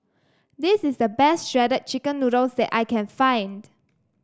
this is the best Shredded Chicken Noodles that I can find